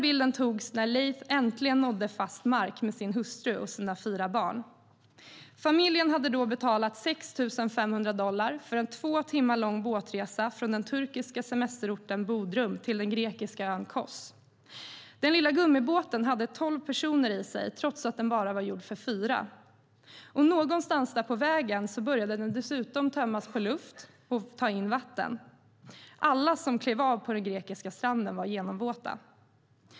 Bilden togs när Laith äntligen nådde fast mark med sin hustru och sina fyra barn. Familjen hade betalat 6 500 dollar för en två timmar lång båtresa från den turkiska semesterorten Bodrum till den grekiska ön Kos. Den lilla gummibåten hade tolv personer ombord, trots att den bara var gjord för fyra. Någonstans på vägen började den dessutom tömmas på luft och ta in vatten. Alla som klev av på den grekiska stranden var genomvåta.